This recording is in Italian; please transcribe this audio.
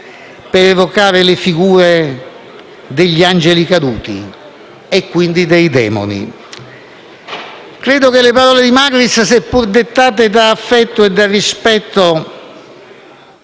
per evocare le figure degli angeli caduti e, quindi, dei demoni. Credo che le parole di Magris, seppur dettate da affetto e rispetto,